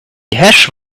hash